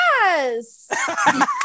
yes